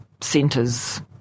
centres